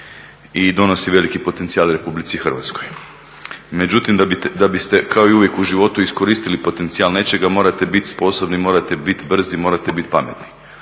i donosi veliki potencijal Republici Hrvatskoj. Međutim, da biste kao i uvijek u životu iskoristili potencijal nečega morate biti sposobni, morate biti brzi, morate biti pametni.